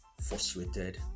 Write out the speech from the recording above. frustrated